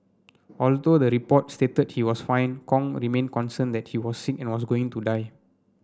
although the report stated he was fine Kong remained concerned that he was sick and was going to die